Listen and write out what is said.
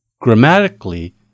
Grammatically